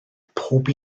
pob